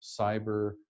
cyber